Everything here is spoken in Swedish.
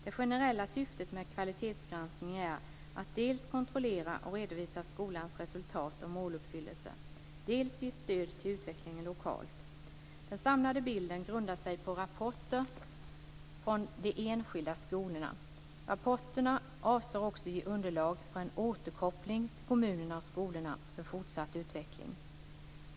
Det generella syftet med kvalitetsgranskningen är att dels kontrollera och redovisa skolans resultat och måluppfyllelse, dels ge stöd till utvecklingen lokalt. Den samlade bilden grundar sig på rapporter från de enskilda skolorna. Rapporterna avser också att ge underlag för en återkoppling till kommunerna och skolorna för fortsatt utveckling.